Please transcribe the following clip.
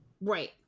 right